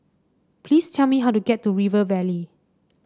please tell me how to get to River Valley